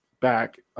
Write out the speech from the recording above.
back